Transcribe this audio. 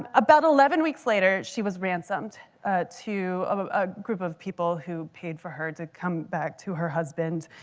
ah about eleven weeks later, she was ransomed to a ah ah group of people who paid for her to come back to her husband.